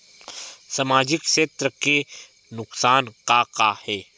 सामाजिक क्षेत्र के नुकसान का का हे?